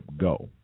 go